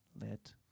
Let